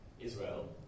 Israel